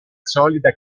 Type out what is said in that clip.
solida